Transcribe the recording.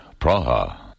Praha